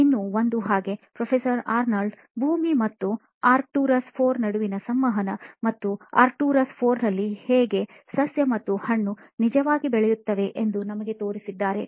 ಇನ್ನೂ ಒಂದು ಹಾಗೆ ಪ್ರೊಫೆಸರ್ ಅರ್ನಾಲ್ಡ್ ಭೂಮಿ ಮತ್ತು ಆರ್ಕ್ಟುರಸ್ IV ನಡುವಿನ ಸಂವಹನಮತ್ತು ಆರ್ಕ್ಟುರಸ್ IV ನಲ್ಲಿ ಹೇಗೆ ಸಸ್ಯ ಮತ್ತು ಹಣ್ಣು ನಿಜವಾಗಿ ಬೆಳೆಯುತ್ತವೆ ಎಂದು ನಮಗೆ ತೋರಿಸಿದ್ದಾರೆ